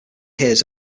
hears